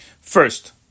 First